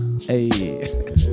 Hey